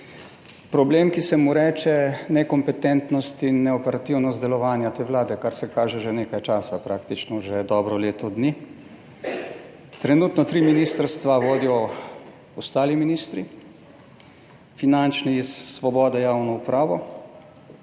Problem, ki se mu reče nekompetentnost in neoperativnost delovanja te Vlade, kar se kaže že nekaj časa, praktično že dobro leto dni. Trenutno tri ministrstva vodijo ostali ministri, finančni iz Svobode javno upravo,